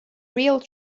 real